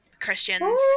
christians